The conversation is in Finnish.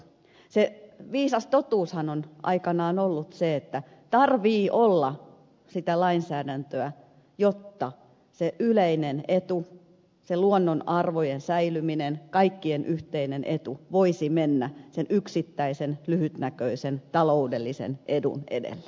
se viisas totuushan on aikanaan ollut se että tarvitsee olla lainsäädäntöä jotta se yleinen etu se luonnon arvojen säilyminen kaikkien yhteinen etu voisi mennä sen yksittäisen lyhytnäköisen taloudellisen edun edelle